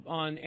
on